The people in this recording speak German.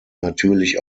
natürlich